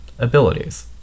abilities